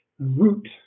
root